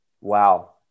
wow